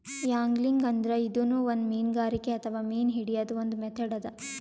angling ಅಂದ್ರ ಇದೂನು ಒಂದ್ ಮೀನ್ಗಾರಿಕೆ ಅಥವಾ ಮೀನ್ ಹಿಡ್ಯದ್ದ್ ಒಂದ್ ಮೆಥಡ್ ಅದಾ